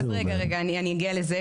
רגע, אני אגיע לזה.